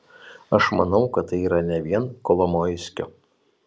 aš manau kad tai yra ne vien kolomoiskio